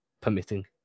permitting